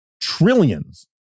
trillions